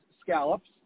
scallops